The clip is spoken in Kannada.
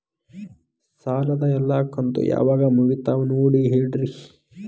ಸಾಲದ ಎಲ್ಲಾ ಕಂತು ಯಾವಾಗ ಮುಗಿತಾವ ನೋಡಿ ಹೇಳ್ರಿ